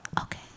okay